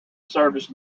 service